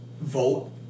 vote